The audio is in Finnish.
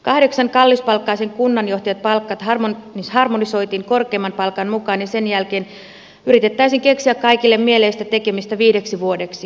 kahdeksan kallispalkkaisen kunnanjohtajan palkat harmonisoitiin korkeimman palkan mukaan ja sen jälkeen yritettäisiin keksiä kaikille mieleistä tekemistä viideksi vuodeksi